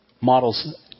models